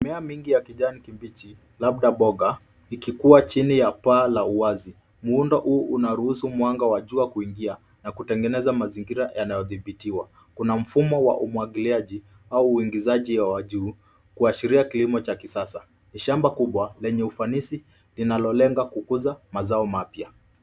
Mimea mingi ya kijani kibichi labda mboga ikikua chini ya paa la uwazi. Muundo huu unaruhusu mwanga wa jua kuingia na kutengeneza mazingira yanayodhibitiwa. Kuna mfumo wa umwagiliaji au uingizaji hewa juu kuashiria kilimo cha kisasa. Ni shamba kubwa lenye ufanisi linalolenga kukuza mazao mapya.